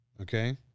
okay